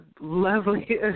lovely